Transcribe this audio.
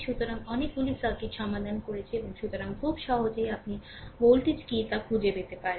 সুতরাং অনেকগুলি সার্কিট সমাধান করেছে এবং সুতরাং খুব সহজেই আপনি ভোল্টেজ কী তা খুঁজে পেতে পারেন